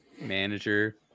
manager